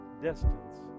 distance